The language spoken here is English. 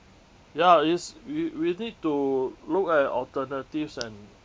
ya is we we need to look at alternatives and